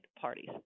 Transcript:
parties